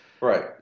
Right